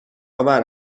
آور